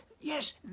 yes